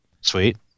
Sweet